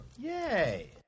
Yay